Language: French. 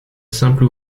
simple